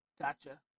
Gotcha